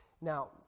Now